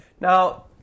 Now